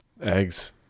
eggs